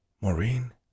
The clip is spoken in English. Maureen